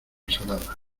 salada